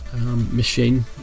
machine